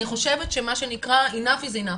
אני חושבת שמה שנקרא, enough is enough.